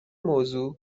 موضوع